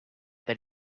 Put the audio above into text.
that